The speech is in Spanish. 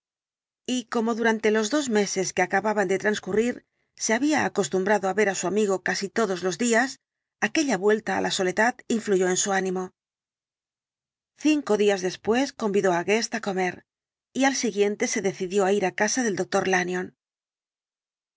y como durante los dos meses que acababan de transcurrir se había acostumbrado á ver á su amigo casi todos los días aquella vuelta á la soledad influyó en su ánimo cinco días después convidó á guest á comer y al siguiente se decidió á ir á casa del doctor lanyón